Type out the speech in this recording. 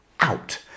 out